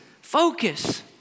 focus